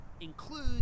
include